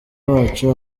bacu